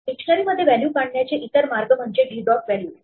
dictionary मध्ये value काढण्याचे इतर मार्ग म्हणजे d dot व्हॅल्यूज